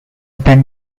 than